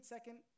Second